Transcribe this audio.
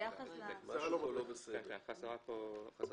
זה חדש.